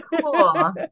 cool